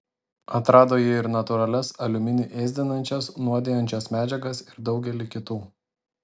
atrado ji ir natūralias aliuminį ėsdinančias nuodijančias medžiagas ir daugelį kitų